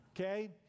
okay